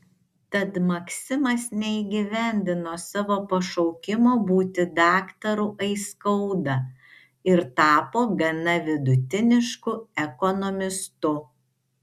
tad maksimas neįgyvendino savo pašaukimo būti daktaru aiskauda ir tapo gana vidutinišku ekonomistu